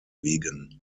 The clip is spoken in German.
liegen